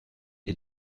est